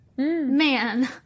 Man